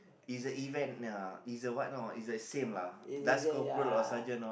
is a event ya is a what know is the same lah just corporate or sergeant loh